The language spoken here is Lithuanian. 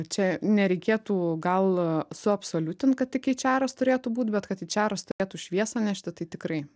čia nereikėtų gal suabsoliutint kad tik eičeras turėtų būt bet kad eičeras turėtų šviesą nešti tai tikrai